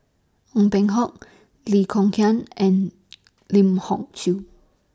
Ong Peng Hock Lee Kong Chian and Lim Hock Siew